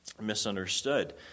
misunderstood